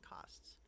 costs